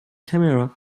camera